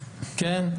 כן?